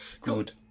Good